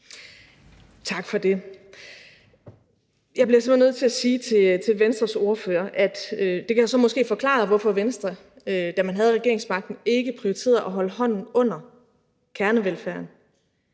Tak for det. Jeg bliver simpelt hen nødt til at sige til Venstres ordfører, at det så måske kan forklare, hvorfor Venstre, da man havde regeringsmagten, ikke prioriterede at holde hånden under kernevelfærden